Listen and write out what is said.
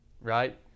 right